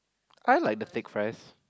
I like the thick fries